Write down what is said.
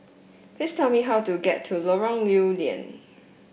please tell me how to get to Lorong Lew Lian